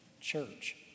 church